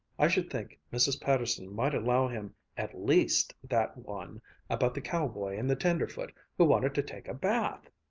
i should think mrs. patterson might allow him at least that one about the cowboy and the tenderfoot who wanted to take a bath!